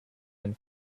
and